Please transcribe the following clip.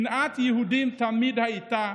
שנאת יהודים תמיד הייתה,